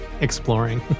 exploring